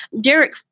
derek